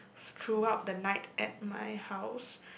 throughout the night at my house